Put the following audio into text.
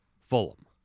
Fulham